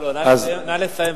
נא לסיים.